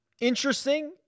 interesting